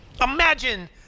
imagine